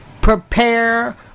Prepare